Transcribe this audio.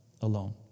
alone